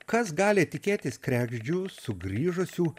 kas gali tikėtis kregždžių sugrįžusių